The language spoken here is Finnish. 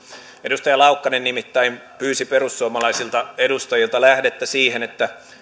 edustaja laukkanen nimittäin pyysi perussuomalaisilta edustajilta lähdettä siihen että